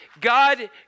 God